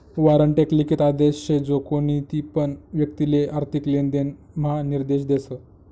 warrant एक लिखित आदेश शे जो कोणतीपण व्यक्तिले आर्थिक लेनदेण म्हा निर्देश देस